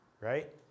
right